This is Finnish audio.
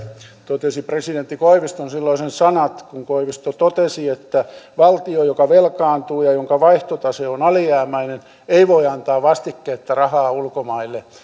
totesi presidentti koiviston silloiset sanat kun koivisto totesi että valtio joka velkaantuu ja jonka vaihtotase on alijäämäinen ei voi antaa vastikkeetta rahaa ulkomaille